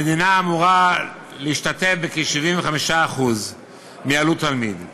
המדינה אמורה להשתתף בכ-75% מעלות תלמיד.